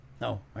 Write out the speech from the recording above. No